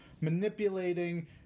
manipulating